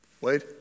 Wait